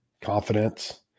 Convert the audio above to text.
confidence